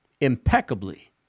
impeccably